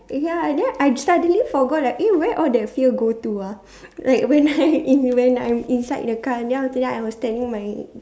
ya and then I suddenly forgot ah eh where all that fear go to ah like when I if when I inside the car and then after that I was telling my